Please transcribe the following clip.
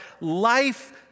life